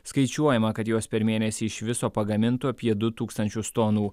skaičiuojama kad jos per mėnesį iš viso pagamintų apie du tūkstančius tonų